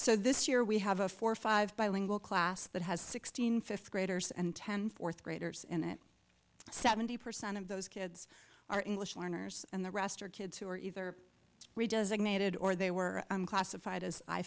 so this year we have a four five bilingual class that has sixteen fifth graders and ten fourth graders in it seventy percent of those kids are english learners and the rest are kids who are either doesn't mated or they were classified as i